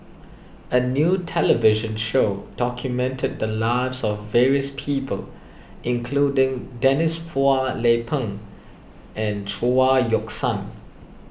a new television show documented the lives of various people including Denise Phua Lay Peng and Chao Yoke San